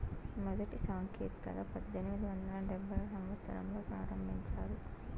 మొదటి సాంకేతికత పద్దెనిమిది వందల డెబ్భైవ సంవచ్చరంలో ప్రారంభించారు